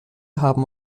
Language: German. haben